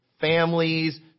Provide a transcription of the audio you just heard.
families